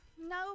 No